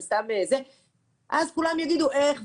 הם סתם אז כולם יגידו איך,